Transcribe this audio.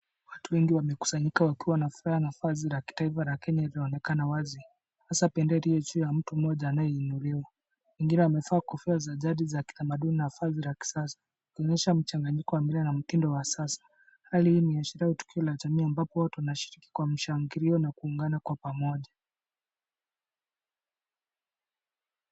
Watu wengi wamekusanyika wakiwa na vazi la kitaifa la Kenya linaloonekana wazi. Bendera ya mtu mmoja anaye inuliwa. Mwingine amevaa kofia za jadi za kitamaduni na vazi la kisasa kuonyesha mchanganyiko wa mila na mtindo wa kisasa. Hali hii inaashiria tukio la jamii ambapo watu wanashiriki kwa mpangilio na kuwaona kwa pamoja.